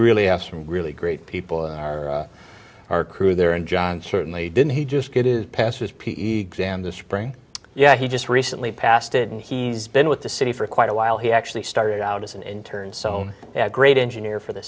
really ask from really great people in our our crew there and john certainly didn't he just get is passes p e exam this spring yeah he just recently passed and he's been with the city for quite a while he actually started out as an intern sown at great engineer for the